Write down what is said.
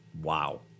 Wow